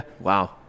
Wow